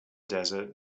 desert